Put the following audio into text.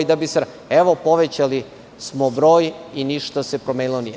Evo, povećali smo broj i ništa se promenilo nije.